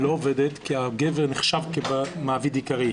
לא עובדת כי הגבר נחשב כמעביד עיקרי.